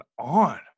on